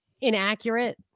inaccurate